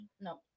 no